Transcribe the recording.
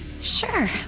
Sure